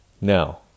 Now